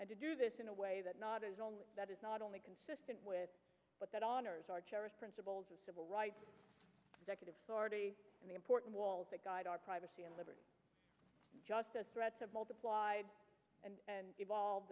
and to do this in a way that not is all that is not only consistent with but that honors our cherished principles of civil rights decorative and the important walls that guide our privacy and liberty just as threats have multiplied and evolve